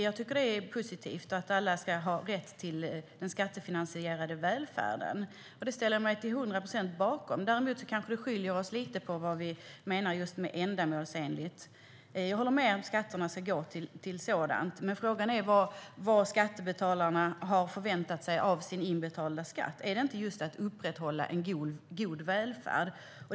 Jag tycker att det är positivt att alla ska ha rätt till den skattefinansierade välfärden. Det ställer jag mig till hundra procent bakom. Däremot kanske vi skiljer oss lite i fråga om vad vi menar med ändamålsenligt. Jag håller med om att skatterna ska gå till sådant, men frågan är vad skattebetalarna har förväntat sig av sin inbetalda skatt. Handlar det inte just om att upprätthålla en god välfärd?